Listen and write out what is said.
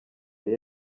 yari